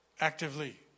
actively